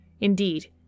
Indeed